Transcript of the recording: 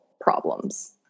problems